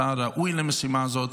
אתה ראוי למשימה הזאת,